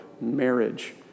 marriage